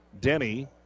Denny